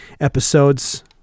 episodes